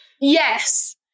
Yes